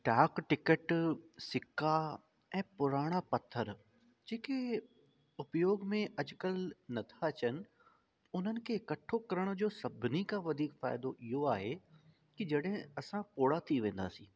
डाक टिकट सिक्का ऐं पुराणा पत्थर जे के उपयोग में अॼु काल्ह नथा अचनि उन्हनि खे कठो करण जो सभिनी खां वधीक फ़ाइदो इहो आहे कि जॾहिं असां पोड़ा थी वेंदासीं